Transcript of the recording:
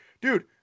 Dude